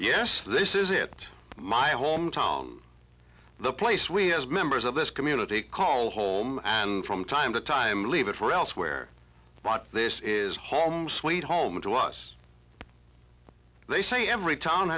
yes this is it my hometown the place we as members of this community call home and from time to time leave it for elsewhere this is home sweet home to us they say every town